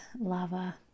lava